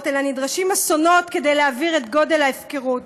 אלא נדרשים אסונות כדי להבהיר את גודל ההפקרות.